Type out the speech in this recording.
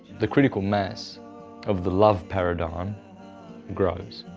the critical mass of the love paradigm grows.